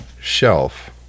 shelf